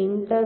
இங்கு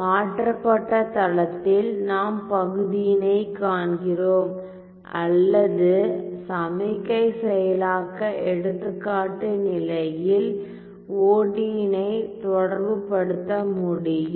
மாற்றப்பட்ட தளத்தில் நாம் பகுதியினை காண்கிறோம் அல்லது சமிக்கை செயலாக்க எடுத்துக்காட்டு நிலையில் ஒடியி னை தொடர்புபடுத்த முடியும்